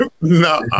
No